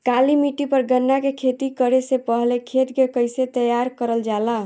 काली मिट्टी पर गन्ना के खेती करे से पहले खेत के कइसे तैयार करल जाला?